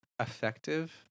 effective